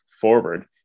forward